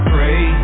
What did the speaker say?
Pray